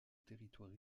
territoire